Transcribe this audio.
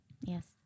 Yes